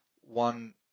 one